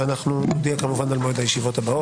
ואנחנו נודיע כמובן על מועד הישיבות הבאות.